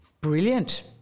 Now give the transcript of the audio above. Brilliant